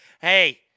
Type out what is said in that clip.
Hey